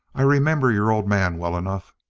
i remember your old man well enough.